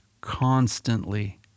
constantly